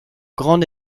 grand